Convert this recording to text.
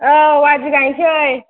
औ आदि गायसै